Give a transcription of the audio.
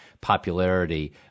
popularity